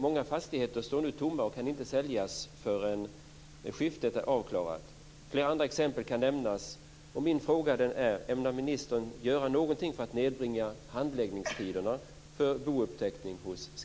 Många fastigheter står nu tomma och kan inte säljas förrän skiftet är avklarat. Flera andra exempel kan nämnas.